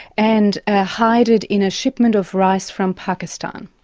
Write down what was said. and ah hide it in a shipment of rice from pakistan.